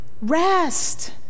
Rest